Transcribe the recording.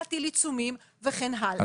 להטיל עיצומים וכן הלאה.